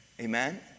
Amen